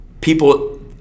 people